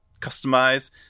customize